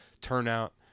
turnout